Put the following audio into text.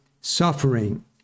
suffering